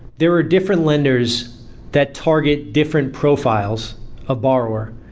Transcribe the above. there are different lenders that target different profiles of borrower,